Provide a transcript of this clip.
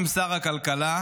עם שר הכלכלה,